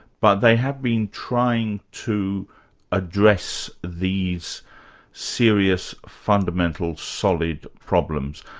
but they have been trying to address these serious, fundamental, solid problems.